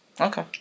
Okay